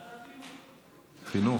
החינוך.